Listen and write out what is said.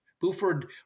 Buford